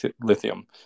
lithium